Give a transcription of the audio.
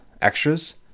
extras